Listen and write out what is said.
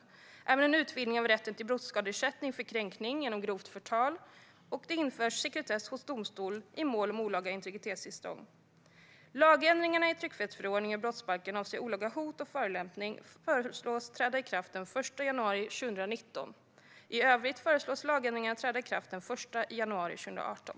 Ändringarna innebär även en utvidgning av rätten till brottsskadeersättning för kränkning genom grovt förtal och att det införs sekretess hos domstol i mål om olaga integritetsintrång. Lagändringarna i tryckfrihetsförordningen och brottsbalken som avser olaga hot och förolämpning föreslås träda i kraft den 1 januari 2019. I övrigt föreslås lagändringarna träda i kraft den 1 januari 2018.